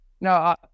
no